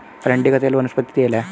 अरंडी का तेल वनस्पति तेल है